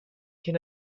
can